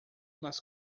nas